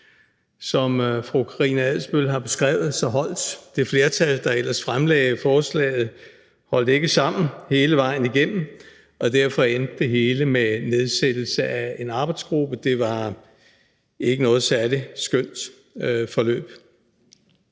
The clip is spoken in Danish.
Som fru Karina Adsbøl har beskrevet, holdt det flertal, der fremsatte forslaget, ikke sammen hele vejen igennem, og derfor endte det hele med nedsættelse af en arbejdsgruppe. Det var ikke noget særlig kønt forløb.